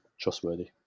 trustworthy